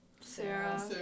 Sarah